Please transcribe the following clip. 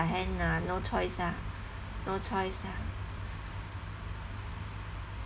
hand ah no choice lah no choice lah